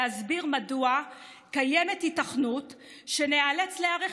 להסביר מדוע קיימת היתכנות שניאלץ להיערך